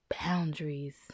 boundaries